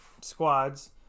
squads